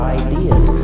ideas